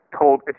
told